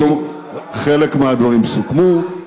חלק מהדברים סוכמו,